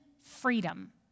freedom